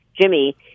Jimmy